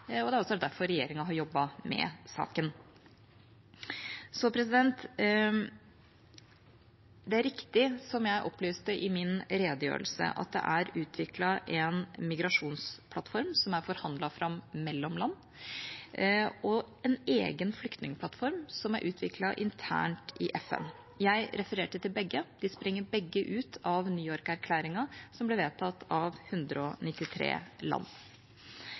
som representantene her også har understreket veldig tydelig – ligger på regjeringas bord, det er regjeringas prerogativ og ansvar, og det er derfor regjeringa har jobbet med saken. Det er riktig, som jeg opplyste i min redegjørelse, at det er utviklet en migrasjonsplattform som er forhandlet fram mellom land, og en egen flyktningplattform som er utviklet internt i FN. Jeg refererte til begge. De springer begge ut av